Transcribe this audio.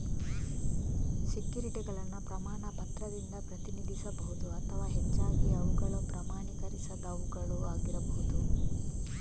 ಸೆಕ್ಯುರಿಟಿಗಳನ್ನು ಪ್ರಮಾಣ ಪತ್ರದಿಂದ ಪ್ರತಿನಿಧಿಸಬಹುದು ಅಥವಾ ಹೆಚ್ಚಾಗಿ ಅವುಗಳು ಪ್ರಮಾಣೀಕರಿಸದವುಗಳು ಆಗಿರಬಹುದು